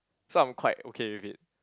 so I'm quite okay with it